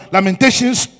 Lamentations